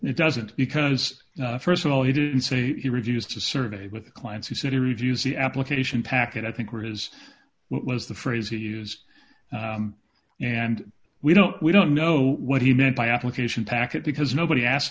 it doesn't because st of all he didn't say he refused to serve it with clients he said reviews the application packet i think were his what was the phrase he used and we don't we don't know what he meant by application packet because nobody asked